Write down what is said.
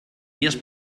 vies